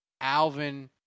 Alvin